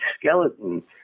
skeleton